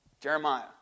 Jeremiah